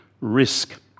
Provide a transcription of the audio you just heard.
risk